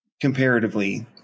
comparatively